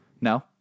no